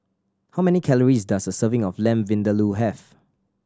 how many calories does a serving of Lamb Vindaloo have